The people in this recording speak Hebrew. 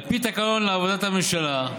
על פי תקנון עבודת הממשלה,